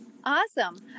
awesome